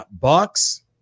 Bucks